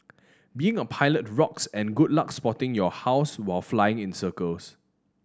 being a pilot rocks and good luck spotting your house while flying in circles